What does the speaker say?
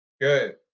Good